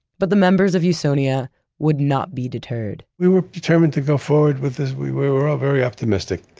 but the members of usonia would not be deterred we were determined to go forward with this. we were all very optimistic.